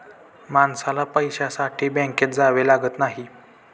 माणसाला पैशासाठी बँकेत जावे लागत नाही